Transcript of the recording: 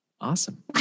Awesome